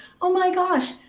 oh my gosh,